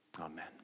Amen